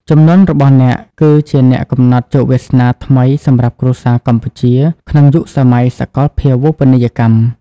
ជំនាន់របស់អ្នក គឺជាអ្នកកំណត់ជោគវាសនាថ្មីសម្រាប់គ្រួសារកម្ពុជាក្នុងយុគសម័យសកលភាវូបនីយកម្ម។